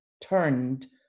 turned